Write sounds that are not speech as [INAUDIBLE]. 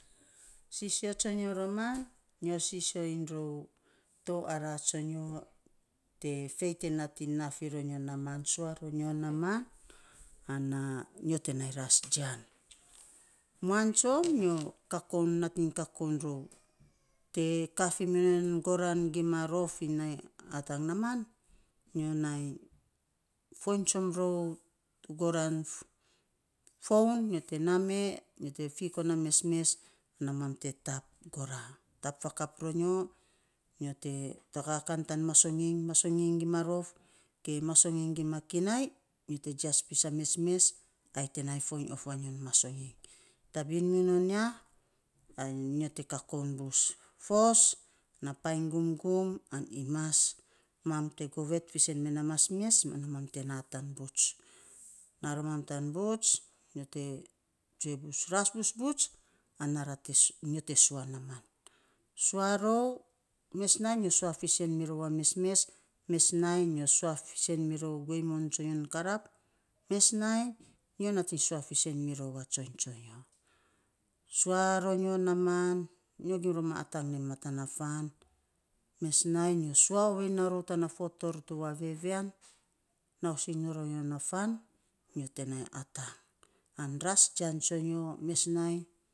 Sisio tsonyo roman, nyo sisio iny rou tou araa tsonyo [UNINTELLIGIBLE] te fei te nating naa fi ronyo naaman sua ronyo naaman ana nyo te nai ras jian. Muan tsom, nyo kakoun [UNINTELLIGIBLE] nating kakoun rou te kaa fi minon yan garaan gima rof iny nai atang naaman, nyo nai foiny tsom rou goraa [UNINTELLIGIBLE] foun nyo te naa mee nyo te fiiko na mesmes ana mam te tap goraa, tap fakap ronyo, nyo te tagaa kan tan masonging gima rof ge masonging gima kinai nyo te jiats pis a mesmes ai te nai foiny of vanyon masonging, tabin minon ya, ai nyo te kakoun bus fos, an painy gumgum, an imas, mam te govet fiisen mena, mesmes mam te naa tan buts, ana roman tan buts, nyo te tsue bus ras bus buts, ana ra te sua nyo te sua naaman, sua rou mes nainy nyo sua fiisen mirou a mesmes, mes nainy nyo sua fiisen mirou guei moun tsonyo karap. mes nainy nyo nating sua fiisen mirou a tsoiny tsonyo. Sua ronyo naaman nyo gim rou ma atang nei matan na fan, mes nainy nyo sua ovei naa rou tana fo toor tuwa vevian nausing ronyo na fan, nyo te nai atang an ras jian tsonyo mes nainy.